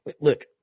Look